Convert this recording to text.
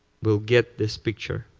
will get this picture.